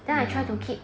ya